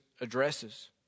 addresses